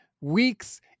weeks